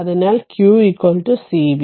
അതിനാൽ q c v